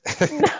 No